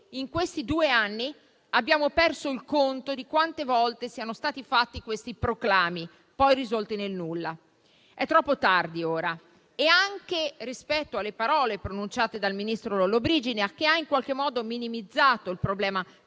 In questi due anni abbiamo perso il conto di quante volte siano stati fatti questi proclami, poi risolti nel nulla. È troppo tardi ora, anche rispetto alle parole pronunciate dal ministro Lollobrigida, che ha in qualche modo minimizzato il problema, parlando